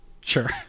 sure